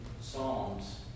psalms